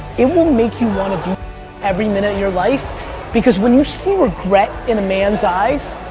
it will make you want to do every minute of your life because when you see regret in a man's eyes,